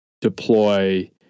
deploy